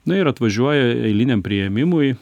na ir atvažiuoja eiliniam priėmimui